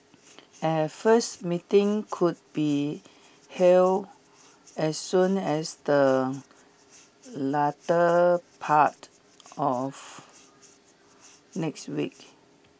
a first meeting could be held as soon as the latter part of next week